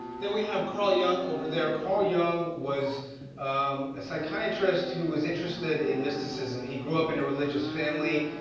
then we have carl jung over there. carl jung was um a psychiatrist who was interested in mysticism. he grew up in a religious family.